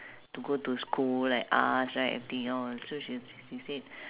to go to school like us right everything all so she she said